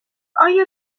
آیا